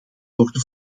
worden